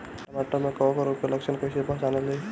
टमाटर मे कवक रोग के लक्षण कइसे पहचानल जाला?